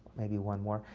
maybe one more.